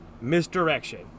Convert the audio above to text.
misdirection